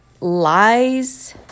Lies